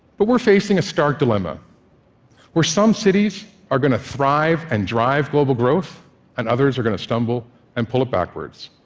but we're facing a stark dilemma where some cities are going to thrive and drive global growth and others are going to stumble and pull it backwards.